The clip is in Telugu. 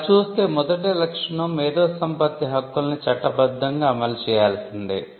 అలా చూస్తే మొదటి లక్షణం మేధోసంపత్తి హక్కుల్ని చట్టబద్ధంగా అమలుచేయాల్సిందే